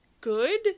good